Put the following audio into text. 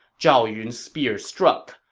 zhao yun's spear struck,